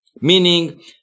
meaning